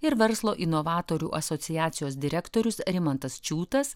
ir verslo inovatorių asociacijos direktorius rimantas čiūtas